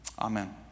Amen